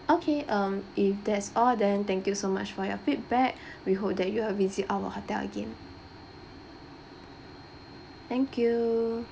okay um if that's all then thank you so much for your feedback we hope that you will visit our hotel again thank you